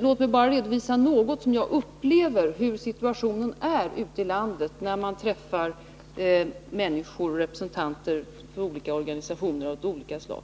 Låt mig bara redovisa hur man upplever att situationen är ute i landet när man träffar representanter för organisationer av olika slag.